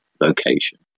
location